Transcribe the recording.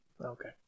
Okay